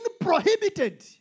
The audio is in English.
prohibited